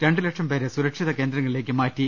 രണ്ട് ലക്ഷം പേരെ സുരക്ഷിത കേന്ദ്രങ്ങ ളിലേക്ക് മാറ്റി